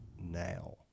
now